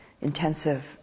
intensive